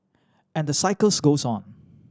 and the cycles goes on